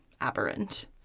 aberrant